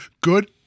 good